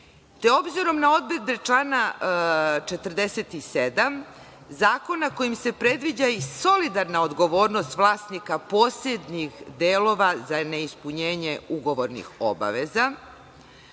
Te obzirom na odredbe člana 47 Zakona kojim se predviđa i solidarna odgovornost vlasnika posebnih delova za neispunjenje ugovornih obaveza